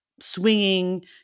swinging